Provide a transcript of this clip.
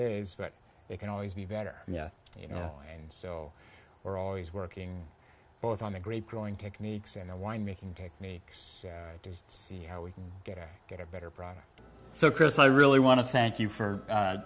is but they can always be better you know and so we're always working both on the great growing techniques and the wine making techniques to see how we can get a better product so chris i really want to thank you for